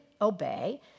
obey